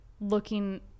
looking